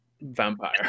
vampire